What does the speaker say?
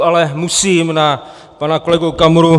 Ale musím na pana kolegu Okamuru.